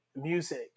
music